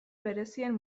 berezien